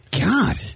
god